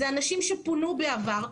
זה אנשים שפונו בעבר,